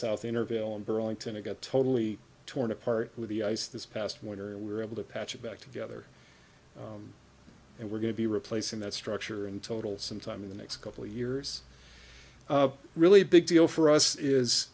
south intervale in burlington it got totally torn apart with the ice this past winter and we were able to patch it back together and we're going to be replacing that structure in total sometime in the next couple of years really a big deal for us is